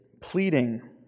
pleading